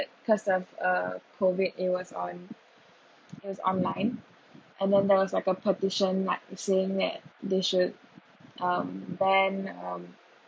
because of uh COVID it was on it was online and then there was like a petition like saying that they should um ban um